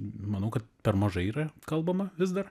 manau kad per mažai yra kalbama vis dar